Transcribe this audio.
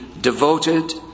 devoted